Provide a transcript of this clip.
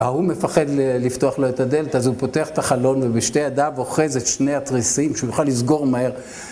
ההוא מפחד לפתוח לו את הדלת, אז הוא פותח את החלון ובשתי ידיו אוחז את שני התריסים שהוא יוכל לסגור מהר